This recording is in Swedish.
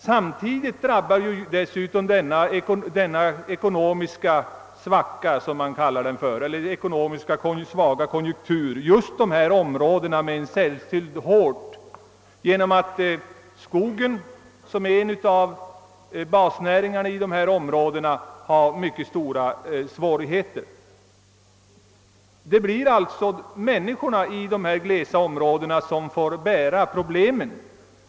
Samtidigt drabbar den svaga ekonomiska konjunkturen just dessa områden särskilt hårt genom att skogsnäringen, som är en av basnäringarna inom dessa områden, kämpar med mycket stora svårigheter. Det blir alltså människorna inom dessa glesbygdsområden som ställs inför problemen.